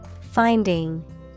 Finding